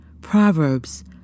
Proverbs